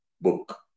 book